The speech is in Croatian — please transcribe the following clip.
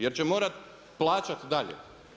Jer će morati plaćati dalje.